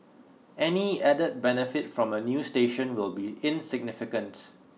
any added benefit from a new station will be insignificant